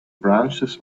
branches